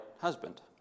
husband